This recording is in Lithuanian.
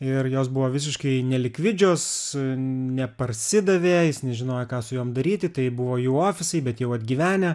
ir jos buvo visiškai nelikvidžios neparsidavė jis nežinojo ką su joms daryti tai buvo jų ofisai bet jau atgyvenę